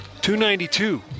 292